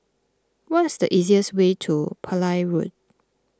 what is the easiest way to Pillai Road